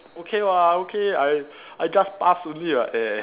okay lor I okay I I just passed only [what] ya ya